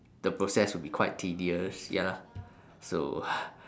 the process will be quite tedious ya lah so